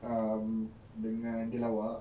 um dengan dia lawa